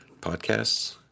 Podcasts